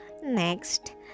next